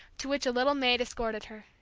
to which a little maid escorted her.